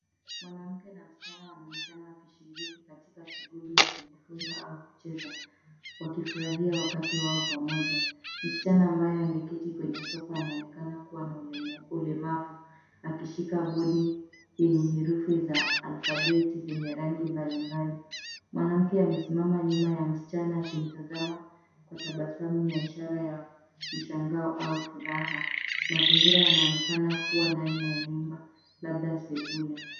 Mwanamke na msichana wanaonekana wakishiriki katika shughuli ya kujifunza au kucheza wakifurahia wakati wao pamoja. Msichana ambaye ameketi kwenye sofa anaonekana kuwa na ulemavu akishika bodi yenye herufi za alfabeti zenye rangi mbali mbali. Mwanamke amesimama nyuma ya msichana akimtazama kwa tabasamu na ishara ya mshangao au furaha. Mazingira yanaonekana kuwa ndani ya nyumba labda sebule.